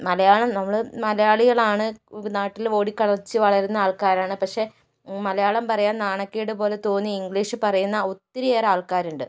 മലയാളം നമ്മൾ മലയാളികളാണ് നാട്ടില് ഓടിക്കളിച്ചു വളരുന്ന ആള്ക്കാരാണ് പക്ഷെ മലയാളം പറയാന് നാണക്കേട് പോലെ തോന്നി ഇംഗ്ലീഷ് പറയുന്ന ഒത്തിരിയേറെ ആള്ക്കാരുണ്ട്